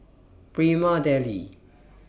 Prima Deli